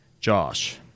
Josh